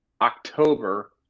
October